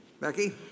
Becky